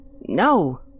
No